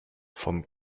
vom